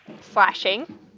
slashing